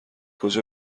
کجا